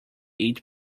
eight